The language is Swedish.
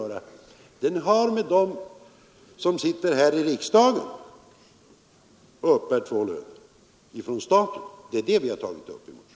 Den gäller dem som sitter här i riksdagen och uppbär två löner från staten. Det är det vi har tagit upp i motionen.